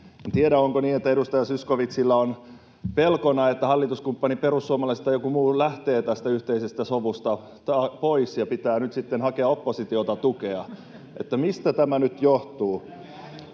En tiedä, onko niin, että edustaja Zyskowiczilla on pelkona, että hallituskumppani perussuomalaiset tai joku muu lähtee tästä yhteisestä sovusta pois, ja pitää nyt sitten hakea oppositiolta tukea, vai mistä tämä nyt johtuu.